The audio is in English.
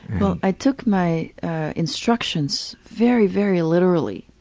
well i took my instructions very, very literally,